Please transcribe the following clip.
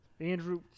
Andrew